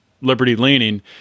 liberty-leaning